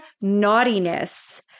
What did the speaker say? naughtiness